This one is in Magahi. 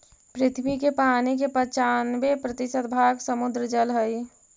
पृथ्वी के पानी के पनचान्बे प्रतिशत भाग समुद्र जल हई